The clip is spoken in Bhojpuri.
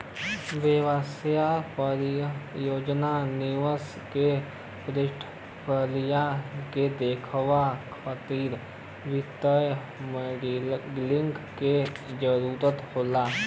व्यवसाय परियोजना निवेश के पोर्टफोलियो के देखावे खातिर वित्तीय मॉडलिंग क जरुरत होला